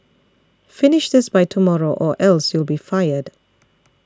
finish this by tomorrow or else you'll be fired